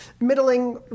middling